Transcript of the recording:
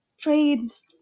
trades